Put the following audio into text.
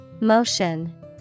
Motion